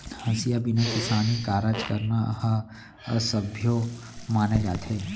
हँसिया बिना किसानी कारज करना ह असभ्यो माने जाथे